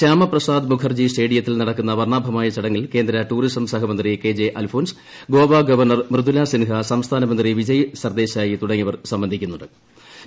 ശ്യാമപ്രസാദ് മുഖർജി സ്റ്റേഡിയത്തിൽ നടക്കുന്ന വർണ്ണാഭമായ ചടങ്ങിൽ കേന്ദ്ര ടൂറിസം സഹമന്ത്രി K J Alphons Goa governor Mridula Sinha സംസ്ഥാനമന്ത്രി വിജയ് സർദേശായ് തുടങ്ങിയവർ സംബന്ധിക്കുന്നു ്